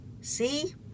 See